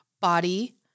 body